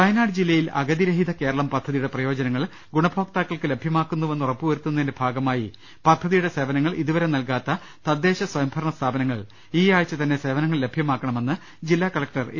വയനാട് ജില്ലയിൽ അഗതിരഹിത കേരളം പദ്ധതി യുടെ പ്രയോജനങ്ങൾ ഗുണഭോക്താക്കൾക്ക് ലഭ്യമാ ക്കുന്നുവെന്ന് ഉറപ്പ് വരുത്തുന്നതിന്റെ ഭാഗമായി പദ്ധതിയുടെ സേവനങ്ങൾ ഇതുവരെ നൽകാത്ത തദ്ദേശ സ്വയംഭരണ സ്ഥാപനങ്ങൾ ഈ ആഴ്ച തന്നെ സേവനങ്ങൾ ലഭ്യമാക്കണമെന്ന് ജില്ലാ കളക്ടർ എ